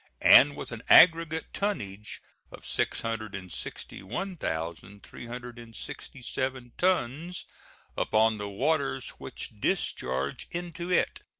and with an aggregate tonnage of six hundred and sixty one thousand three hundred and sixty seven tons upon the waters which discharge into it.